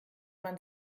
man